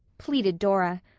pleaded dora.